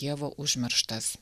dievo užmirštas